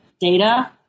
data